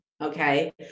okay